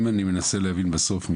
ששאלתי.